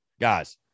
Guys